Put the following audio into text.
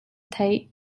theih